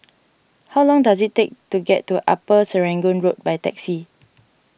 how long does it take to get to Upper Serangoon Road by taxi